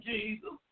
Jesus